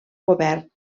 govern